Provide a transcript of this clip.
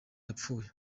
yapfuye